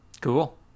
cool